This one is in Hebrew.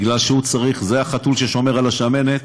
כי הוא צריך, זה החתול ששומר על השמנת,